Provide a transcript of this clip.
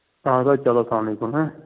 اَہَن سا چلو اسلام علیکُم